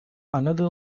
another